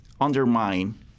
undermine